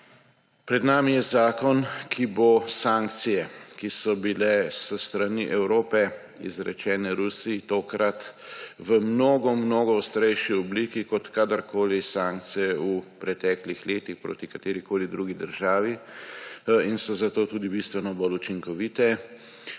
Pred nami je zakon, ki bo sankcije, ki so bile s strani Evrope izrečene Rusiji – tokrat v mnogo mnogo ostrejši obliki kot kadarkoli sankcije v preteklih letih proti katerikoli drugi državi in so zato tudi bistveno bolj učinkovite